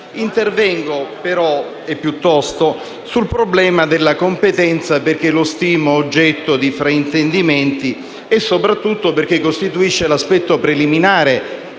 Intervengo piuttosto sul problema della competenza perché lo stimo oggetto di fraintendimenti e soprattutto perché costituisce l'aspetto preliminare